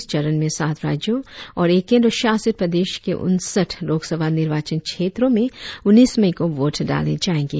इस चरण में सात राज्यों और एक केंद्र शासित प्रदेश के उनसठ लोकसभा निर्वाचन क्षेत्रों में उन्नीस मई को वोट डाले जाएंगे